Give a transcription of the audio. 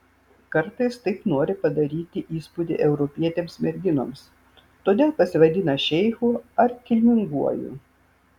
kartais taip nori padaryti įspūdį europietėms merginoms todėl pasivadina šeichu ar kilminguoju